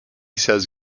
says